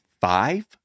five